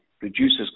reduces